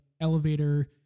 elevator